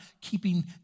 keeping